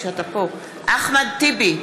אחמד טיבי,